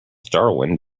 darwin